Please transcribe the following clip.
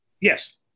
Yes